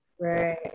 right